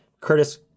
Curtis